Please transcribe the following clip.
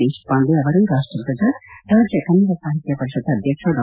ದೇಶಪಾಂಡೆ ಅವರು ರಾಷ್ಟ್ರ ಧ್ವಜ ರಾಜ್ಯ ಕನ್ನಡ ಸಾಹಿತ್ಯ ಪರಿಷತ್ ಅಧ್ಯಕ್ಷ ಡಾ